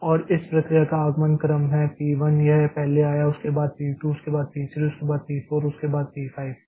और इस प्रक्रिया का आगमन क्रम है P 1 यह पहले आया उसके बाद P 2 उसके बाद P 3 उसके बाद P 4 P उसके बाद 5